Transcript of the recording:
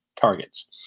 targets